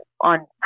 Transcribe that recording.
on